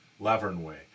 Lavernway